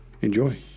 Enjoy